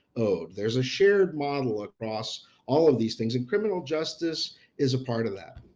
oh, there's a shared model across all of these things, and criminal justice is a part of that.